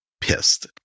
pissed